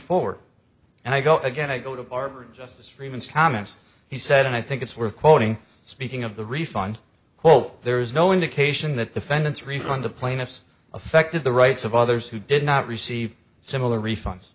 forward and i go again i go to a barber justice freemans thomas he said and i think it's worth quoting speaking of the refund quote there is no indication that defendants refund the plaintiffs affected the rights of others who did not receive similar refunds